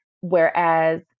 Whereas